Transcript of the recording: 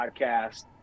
Podcast